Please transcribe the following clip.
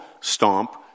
stomp